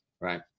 Right